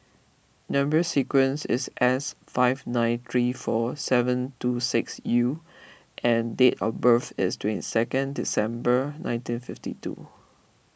Number Sequence is S five nine three four seven two six U and date of birth is twenty second December nineteen fifty two